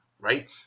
Right